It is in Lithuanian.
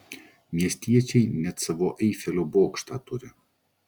miestiečiai net savo eifelio bokštą turi